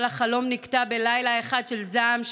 אבל החלום נקטע בלילה אחד של זעם,